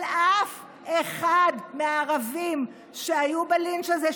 אבל אף אחד מהערבים שהיו בלינץ' הזה,